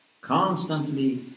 constantly